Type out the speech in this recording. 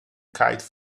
kite